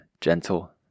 gentle